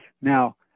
Now